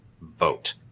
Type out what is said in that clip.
vote